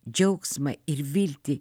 džiaugsmą ir viltį